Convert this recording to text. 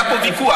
היה פה ויכוח.